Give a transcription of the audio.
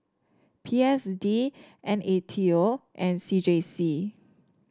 P S D N A T O and C J C